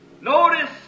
Notice